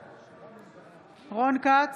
בעד רון כץ,